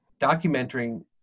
documenting